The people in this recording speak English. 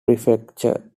prefecture